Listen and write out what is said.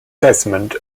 desmond